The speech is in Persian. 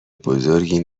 بزرگی